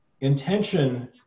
intention